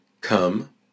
come